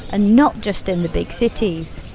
and not just in the big cities.